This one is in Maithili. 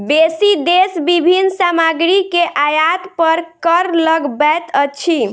बेसी देश विभिन्न सामग्री के आयात पर कर लगबैत अछि